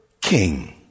king